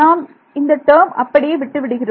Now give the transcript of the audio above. நாம் இந்த டேர்ம் அப்படியே விட்டுவிடுகிறோம்